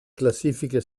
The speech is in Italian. classifiche